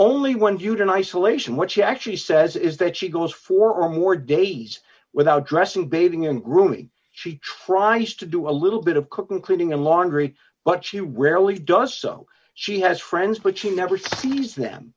only once you'd in isolation which he actually says is that she goes for more days without dressing bathing and grooming she tries to do a little bit of cooking cleaning and laundry but she rarely does so she has friends but he never sees them